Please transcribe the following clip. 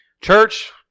Church